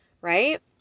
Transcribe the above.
right